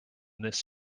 this